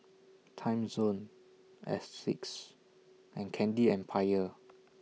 Timezone Asics and Candy Empire